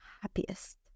happiest